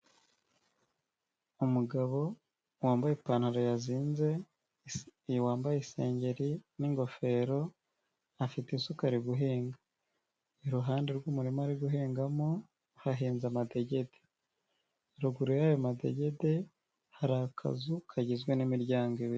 Umugabo wambaye ipantaro yazinze, wambaye isengeri n'ingofero, afite isuka ari guhinga. Iruhande rw'umurima ari guhingamo, hahinnze amadegede, ruguru y'ayo madegede hari akazu kagizwe n'imiryango ibiri.